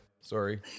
Sorry